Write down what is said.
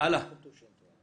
סוף סוף בחופש שלי,